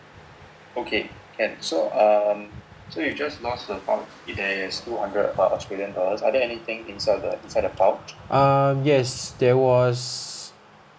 um yes there was